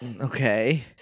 Okay